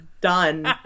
done